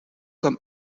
comme